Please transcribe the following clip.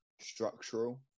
structural